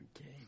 Okay